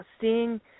seeing